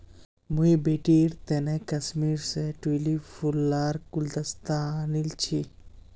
मुई बेटीर तने कश्मीर स ट्यूलि फूल लार गुलदस्ता आनील छि